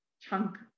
chunk